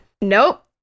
nope